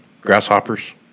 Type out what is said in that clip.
Grasshoppers